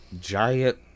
giant